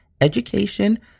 education